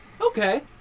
okay